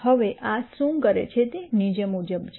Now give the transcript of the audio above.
હવે આ શું કરે છે તે નીચે મુજબ છે